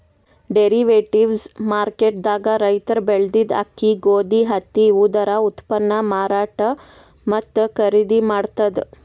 derivatives market ದಾಗ್ ರೈತರ್ ಬೆಳೆದಿದ್ದ ಅಕ್ಕಿ ಗೋಧಿ ಹತ್ತಿ ಇವುದರ ಉತ್ಪನ್ನ್ ಮಾರಾಟ್ ಮತ್ತ್ ಖರೀದಿ ಮಾಡ್ತದ್